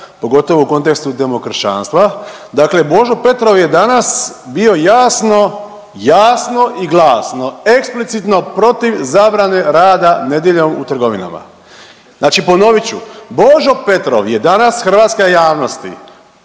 pogotovo u kontekstu demokršćanstva. Dakle Božo Petrov je danas bio jasno, jasno i glasno eksplicitno protiv zabrane rada nedjeljom u trgovinama. Znači ponovit ću, Božo Petrov je danas hrvatska javnosti